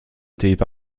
étaient